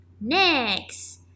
Next